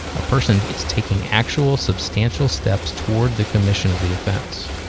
a person is taking actual, substantial steps toward the commission of the offense.